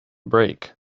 break